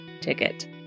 ticket